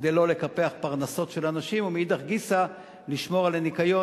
כדי מחד גיסא לא לקפח פרנסות של אנשים ומאידך גיסא לשמור על הניקיון.